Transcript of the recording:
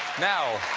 now,